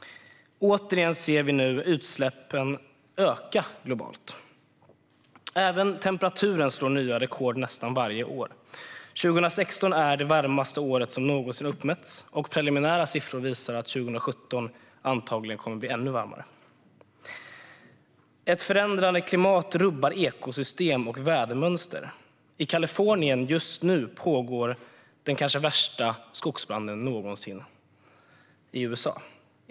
Återigen ser vi utsläppen öka globalt. Även temperaturen slår nya rekord nästan varje år. År 2016 är det varmaste år som någonsin uppmätts, och preliminära siffror visar att 2017 antagligen kommer att bli ännu varmare. Ett förändrat klimat rubbar ekosystem och vädermönster. I Kalifornien pågår just nu den kanske värsta skogsbranden någonsin i USA.